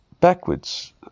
backwards